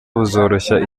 buzoroshya